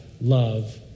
love